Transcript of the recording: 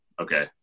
okay